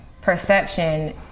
perception